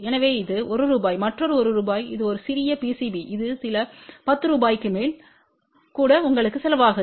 எனவே இது 1 ரூபாய் மற்றொரு 1 ரூபாய் இது ஒரு சிறிய PCB இது சில 10 ரூபாய்க்கு மேல் கூட உங்களுக்கு செலவாகாது